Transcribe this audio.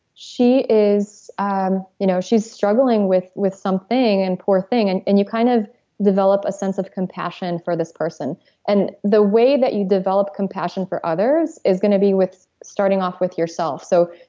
she is um you know she is struggling with with something and poor thing. and and you kind of develop a sense of compassion for this person and the way that you develop compassion for others is gonna be with starting off with yourself. so,